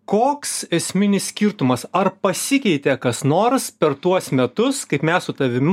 koks esminis skirtumas ar pasikeitė kas nors per tuos metus kaip mes su tavim